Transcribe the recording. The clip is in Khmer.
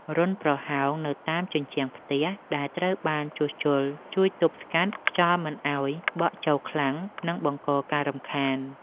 រន្ធប្រហោងនៅតាមជញ្ជាំងផ្ទះដែលត្រូវបានជួសជុលជួយទប់ស្កាត់ខ្យល់មិនឱ្យបក់ចូលខ្លាំង និង បង្កការរំខាន។